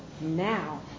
now